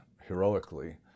heroically